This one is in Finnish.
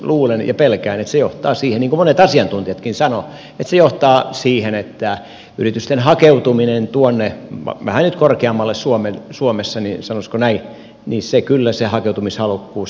luulen ja pelkään että se johtaa siihen niin kuin monet asiantuntijatkin sanovat että yritysten hakeutuminen tuonne vähän nyt korkeammalle suomessa sanoisiko näin se hakeutumishalukkuus investointihalukkuus siellä kyllä jonkun verran vähenee